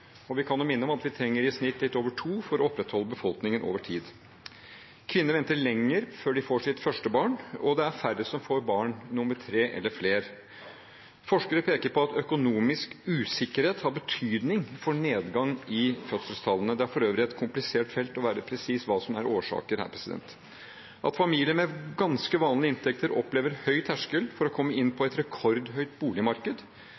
Og jeg kan minne om at vi trenger i snitt litt over 2 barn per kvinne for å opprettholde befolkningen over tid. Kvinner venter lenger før de får sitt første barn, og det er færre som får barn nr. 3 eller flere. Forskere peker på at økonomisk usikkerhet har betydning for nedgangen i fødselstallene. Det er for øvrig et komplisert felt å være presis på hva som er årsakene her. At familier med ganske vanlige inntekter opplever en høy terskel for å komme inn